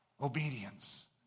obedience